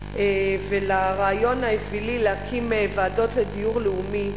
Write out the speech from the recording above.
ולרעיון האווילי להקים ועדות לדיור לאומי.